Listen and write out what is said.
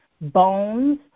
bones